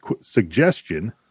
suggestion